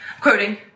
quoting